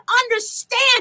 understand